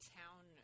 town